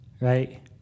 Right